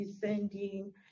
descending